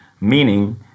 Meaning